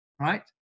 right